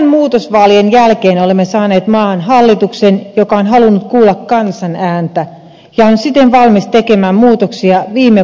kevään muutosvaalien jälkeen olemme saaneet maahan hallituksen joka on halunnut kuulla kansan ääntä ja on siten valmis tekemään muutoksia viime vuosien kehitykseen